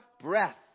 breath